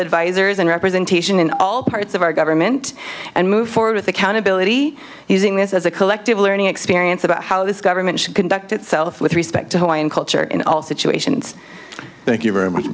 advisors and representation in all parts of our government and move forward with accountability using this as a collective learning experience about how this government should conduct itself with respect to hawaiian culture in all situations thank you very much